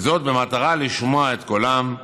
במטרה לשמוע את קולם,